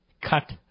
cut